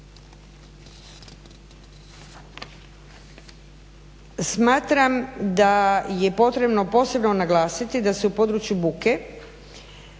Smatram da je potrebno posebno naglasiti da se u području buke